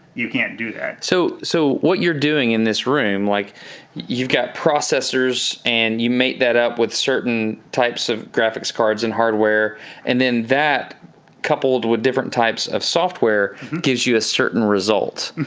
you can't do that. so so what you're doing in this room, like you've got processors and you mate that up with certain types of graphics cards and hardware and then that coupled with different types of software gives you a certain result.